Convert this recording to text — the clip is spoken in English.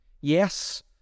yes